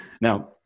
Now